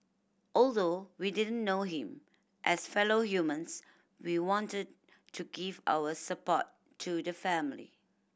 although we didn't know him as fellow humans we wanted to give our support to the family